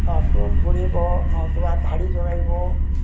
ତା'କୁ ଗୁଡ଼େଇିବ ଧାଡ଼ି ଲଗାଇବ